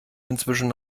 inzwischen